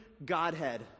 Godhead